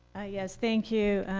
yes. thank you.